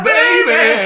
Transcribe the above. Baby